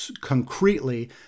concretely